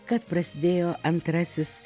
kad prasidėjo antrasis